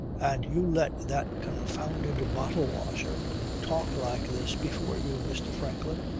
and you let that confounded bottle-washer talk like this before you, mr. franklin.